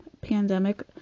pandemic